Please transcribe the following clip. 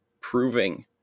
proving